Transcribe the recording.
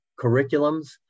curriculums